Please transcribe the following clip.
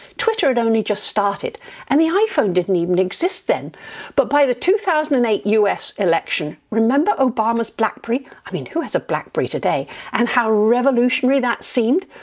twitter had only just started and the iphone didn't even exist, and but by the two thousand and eight us election remember obama's blackberry? i mean who has a blackberry today and how revolutionary that seemed.